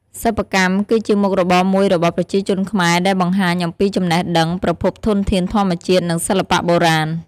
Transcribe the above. សិប្បកម្ម គឺជាមុខរបរមួយរបស់ប្រជាជនខ្មែរដែលបង្ហាញអំពីចំណេះដឹង ប្រភពធនធានធម្មជាតិ និងសិល្បៈបុរាណ។